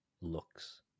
looks